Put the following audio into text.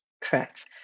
Correct